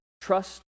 trust